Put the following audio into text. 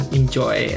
enjoy